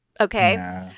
Okay